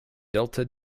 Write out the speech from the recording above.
delta